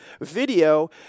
video